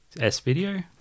S-video